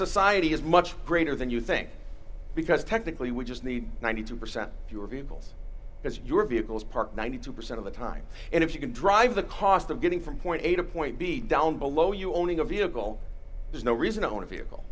society is much greater than you think because technically we just need ninety two percent fewer vehicles because your vehicle is parked ninety two percent of the time and if you can drive the cost of getting from point a to point b down below you owning a vehicle there's no reason to own a vehicle